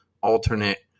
alternate